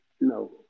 No